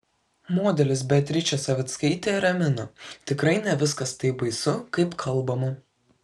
modelis beatričė savickaitė ramina tikrai ne viskas taip baisu kaip kalbama